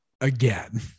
again